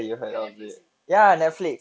kat netflix kan